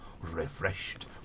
refreshed